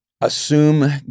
assume